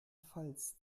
pfalz